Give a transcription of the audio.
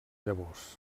llavors